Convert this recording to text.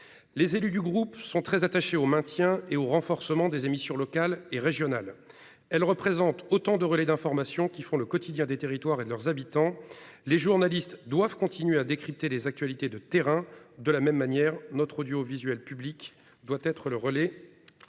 et Territoires sont très attachés au maintien et au renforcement des émissions locales et régionales. Celles-ci représentent autant de relais d'information qui font le quotidien des territoires et de leurs habitants. Les journalistes doivent continuer à décrypter les actualités de terrain. De la même manière, notre audiovisuel public doit être le relais